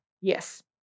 Yes